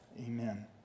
Amen